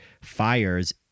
fires